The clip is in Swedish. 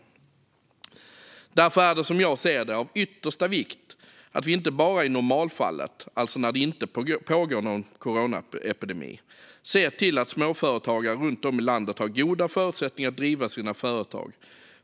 Som jag ser det är det därför av yttersta vikt att vi inte bara i normalfallet, alltså när det inte pågår någon coronaepidemi, ser till att småföretagare runt om i landet har goda förutsättningar att driva sina företag.